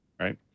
right